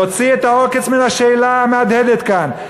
יוציא את העוקץ מן השאלה המהדהדת כאן,